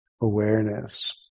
awareness